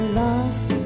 lost